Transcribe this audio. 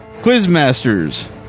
Quizmasters